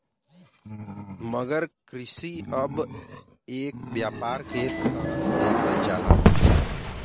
मगर कृषि अब एक व्यापार के तरह देखल जाला